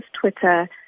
Twitter